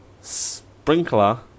sprinkler